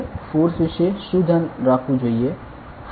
તેથી તમારે ફોર્સ વિશે શું ધ્યાન રાખવું જોઈએ